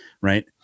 right